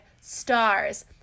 stars